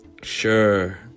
Sure